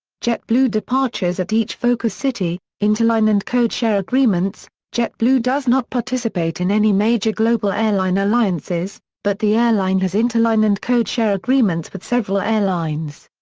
jetblue departures at each focus city interline and codeshare agreements jetblue does not participate in any major global airline alliances, but the airline has interline and codeshare agreements with several airlines.